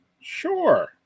sure